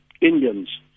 Indians